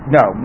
no